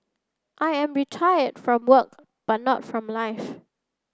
I am retired from work but not from life